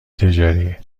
تجاری